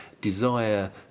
desire